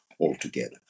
altogether